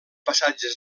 passatges